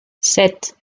sept